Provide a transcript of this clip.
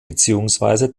beziehungsweise